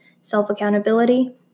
self-accountability